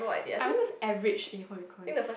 I also average in home econs